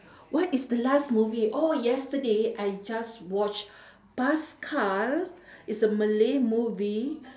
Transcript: what is the last movie oh yesterday I just watched paskal is a malay movie